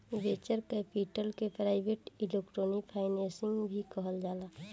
venture capital के private equity financing भी कहाला